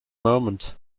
moment